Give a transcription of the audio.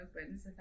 opens